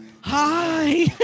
Hi